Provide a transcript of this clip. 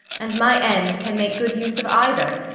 and my end can make good use of either.